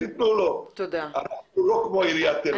אנחנו לא כמו עיריית תל אביב.